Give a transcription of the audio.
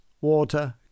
water